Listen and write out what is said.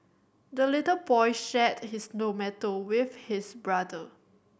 the little boy shared his tomato with his brother